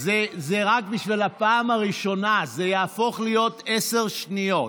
רק בשביל הפעם הראשונה, זה יהפוך להיות עשר שניות,